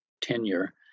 tenure